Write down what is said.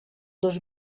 dos